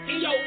Yo